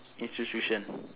institution